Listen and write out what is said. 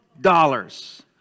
dollars